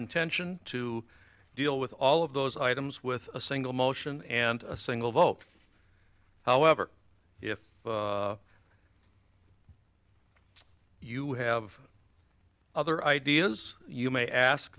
intention to deal with all of those items with a single motion and a single vote however if you have other ideas you may ask